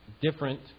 different